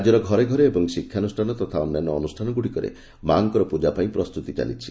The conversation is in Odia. ରାକ୍ୟର ଘରେ ଘରେ ଏବଂ ଶିକ୍ଷାନୁଷ୍ଠାନ ତଥା ଅନ୍ୟାନ୍ୟ ଅନୁଷ୍ଠାନଗୁଡ଼ିକରେ ମାଙ୍କର ପୂଜା ପାଇଁ ପ୍ରସ୍ତୁତି ଚାଲିଛି